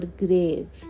grave